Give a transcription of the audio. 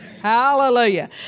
Hallelujah